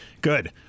Good